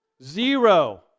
zero